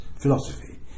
philosophy